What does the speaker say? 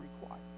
required